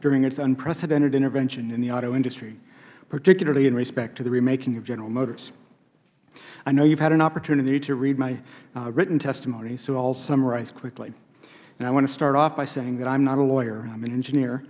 during its unprecedented intervention in the auto industry particularly in respect to the remaking of general motors i know you have had an opportunity to read my written testimony so i will summarize quickly and i want to start off by saying that i am not a lawyer